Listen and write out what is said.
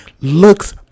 looks